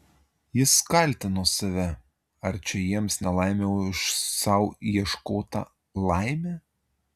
jis kaltino save ar čia jiems nelaimė už sau ieškotą laimę